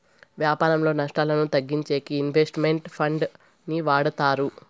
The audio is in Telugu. వ్యాపారంలో నష్టాలను తగ్గించేకి ఇన్వెస్ట్ మెంట్ ఫండ్ ని వాడతారు